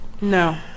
No